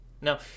now